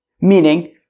Meaning